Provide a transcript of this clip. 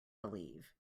believe